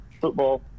football